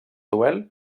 duel